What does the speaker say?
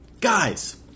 Guys